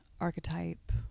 archetype